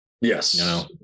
Yes